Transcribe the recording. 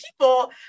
people